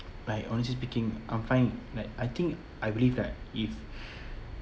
but honestly speaking I'm find like I think I believe that if